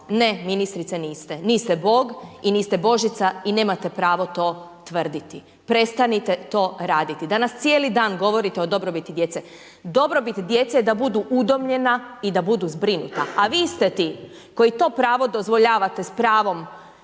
Ne, ministrice niste, niste Bog i niste Božica i nemate pravo to tvrditi. Prestanite to raditi. Danas cijeli dan govorite o dobrobiti djece, dobrobit djece je da budu udomljena i da budu zbrinuta, a vi ste ti koji to pravo dozvoljavate s pravom